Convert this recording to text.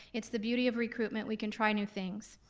it's the beauty of recruitment, we can try new things,